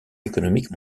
économique